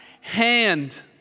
hand